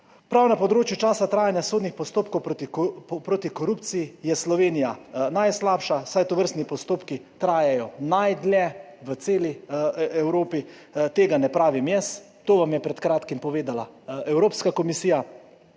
Prav na področju časa trajanja sodnih postopkov proti korupciji je Slovenija najslabša, saj tovrstni postopki trajajo najdlje v celi Evropi. Tega ne pravim jaz, to vam je pred kratkim povedala Evropska komisija.